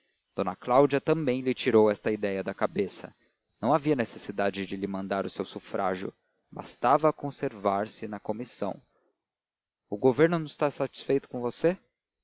d cláudia também lhe tirou esta ideia da cabeça não havia necessidade de lhe mandar o seu sufrágio bastava conservar-se na comissão o governo não está satisfeito com você